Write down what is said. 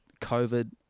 COVID